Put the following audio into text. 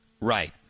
Right